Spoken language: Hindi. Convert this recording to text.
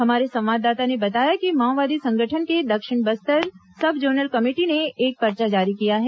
हमारे संवाददाता ने बताया कि माओवादी संगठन के दक्षिण बस्तर सब जोनल कमेटी ने एक पर्चा जारी किया है